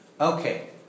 Okay